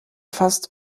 fast